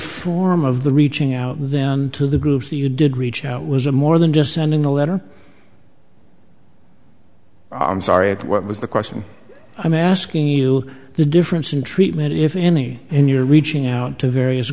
form of the reaching out then to the groups you did reach out was a more than just sending a letter i'm sorry it what was the question i'm asking you the difference in treatment if any and you're reaching out to various